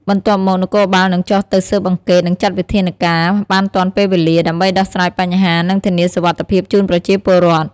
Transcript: បន្ទាប់មក នគរបាលនឹងចុះទៅស៊ើបអង្កេត និងចាត់វិធានការបានទាន់ពេលវេលា ដើម្បីដោះស្រាយបញ្ហា និងធានាសុវត្ថិភាពជូនប្រជាពលរដ្ឋ។